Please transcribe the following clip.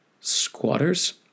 Squatters